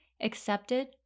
accepted